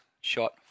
Shot